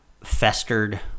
festered